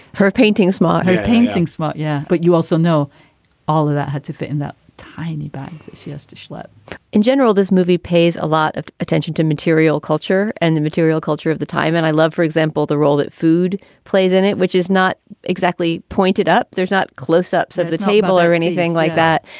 her painting smar her painting, smile yeah, but you also know all of that had to fit in that tiny bag. she has to schlep in general this movie pays a lot of attention to material culture and the material culture of the time. and i love, for example, the role that food plays in it, which is not exactly pointed up. there's not close-ups of the table or anything like that,